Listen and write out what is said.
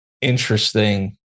interesting